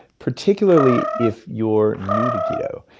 particularly if you're new to keto.